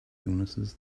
illnesses